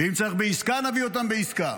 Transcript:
ואם צריך בעסקה, נביא אותם בעסקה.